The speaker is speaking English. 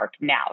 now